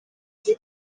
kuri